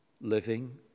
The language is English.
living